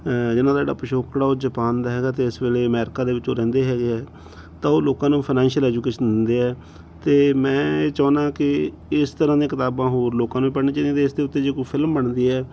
ਜਿੰਨ੍ਹਾਂ ਦਾ ਜਿਹੜਾ ਪਿਛੋਕੜ ਆ ਉਹ ਜਪਾਨ ਦਾ ਹੈਗਾ ਅਤੇ ਇਸ ਵੇਲੇ ਅਮੈਰੀਕਾ ਦੇ ਵਿੱਚ ਉਹ ਰਹਿੰਦੇ ਹੈਗੇ ਆ ਤਾਂ ਉਹ ਲੋਕਾਂ ਨੂੰ ਫਾਈਨੈਂਸ਼ੀਅਲ ਐਜੂਕੇਸ਼ਨ ਦਿੰਦੇ ਆ ਅਤੇ ਮੈਂ ਇਹ ਚਾਹੁੰਦਾ ਕਿ ਇਸ ਤਰ੍ਹਾਂ ਦੀਆਂ ਕਿਤਾਬਾਂ ਹੋਰ ਲੋਕਾਂ ਨੂੰ ਵੀ ਪੜ੍ਹਨੀਆਂ ਚਾਹੀਦੀਆਂ ਅਤੇ ਇਸ ਦੇ ਉੱਤੇ ਜੇ ਕੋਈ ਫਿਲਮ ਬਣਦੀ ਹੈ